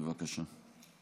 בבקשה.